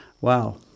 Wow